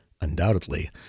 undoubtedly